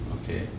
Okay